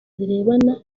zirebana